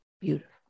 beautiful